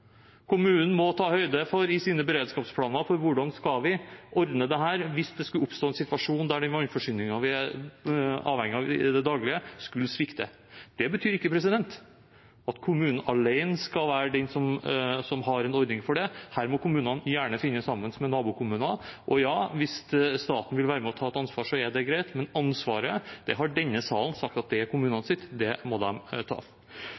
Kommunen må i sine beredskapsplaner ta høyde for hvordan de skal ordne det hvis det skulle oppstå en situasjon der vannforsyningen de er avhengige av i det daglige, skulle svikte. Det betyr ikke at kommunen alene skal være den som har en ordning for det – her må kommunene gjerne finne sammen med nabokommuner. Og ja, hvis staten vil være med og ta et ansvar, er det greit, men ansvaret har denne salen sagt er kommunenes. Det må de ta. Jeg har behov for å understreke betydningen av